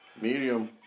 Medium